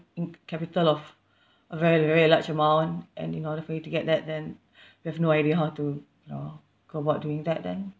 in~ capital of a very very large amount and in order for you to get that then you have no idea how to you know go about doing that then